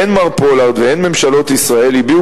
הן מר פולארד והן ממשלות ישראל הביעו